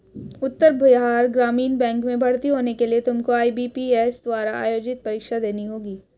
उत्तर Bihar Gramin bank में भर्ती होने के लिए तुमको आई.बी.पी.एस द्वारा आयोजित परीक्षा देनी होगी